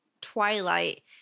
Twilight